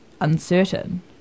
uncertain